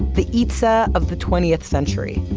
the eatsa of the twentieth century.